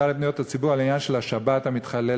לפניות הציבור על העניין של השבת המתחללת,